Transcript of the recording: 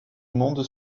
monde